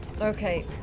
Okay